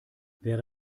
wäre